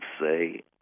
say